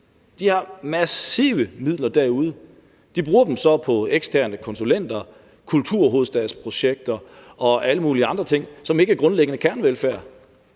de har massive midler derude. De bruger dem så på eksterne konsulenter, kulturhovedstadsprojekter og alle mulige andre ting, som ikke er grundlæggende kernevelfærd.